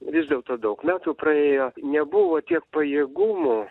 vis dėlto daug metų praėjo nebuvo tiek pajėgumų